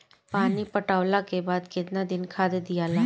पानी पटवला के बाद केतना दिन खाद दियाला?